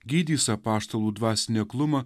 gydys apaštalų dvasinį aklumą